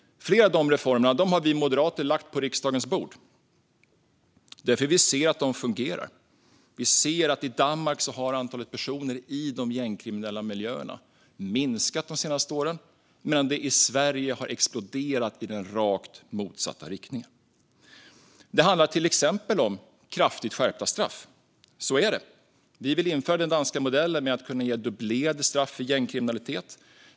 Flera av de reformerna har vi moderater lagt på riksdagens bord, för vi ser att de fungerar. I Danmark har antalet personer i de gängkriminella miljöerna minskat de senaste åren, medan det i Sverige har exploderat i rakt motsatt riktning. Det handlar till exempel om kraftigt skärpta straff. Så är det. Vi vill införa den danska modellen med att kunna ge dubblerade straff för gängkriminalitet.